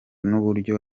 n’uburyo